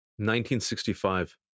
1965